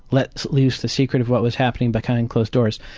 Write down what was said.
let loose the secret of what was happening behind closed doors.